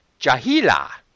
Jahila